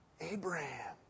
Abraham